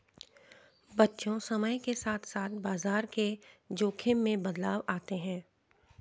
बच्चों समय के साथ साथ बाजार के जोख़िम में बदलाव आते हैं